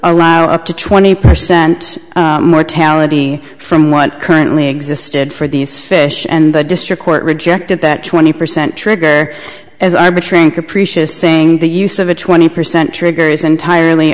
allow up to twenty percent mortality from what currently existed for these fish and the district court rejected that twenty percent trigger as i betraying capricious saying the use of a twenty percent trigger is entirely